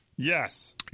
Yes